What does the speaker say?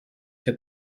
fait